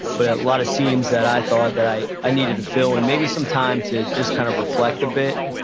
but a lot of seams that i thought that i i needed to fill. and maybe some time to just kind of reflect a bit.